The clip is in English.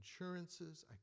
insurances